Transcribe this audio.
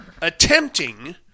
attempting